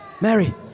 Mary